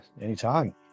anytime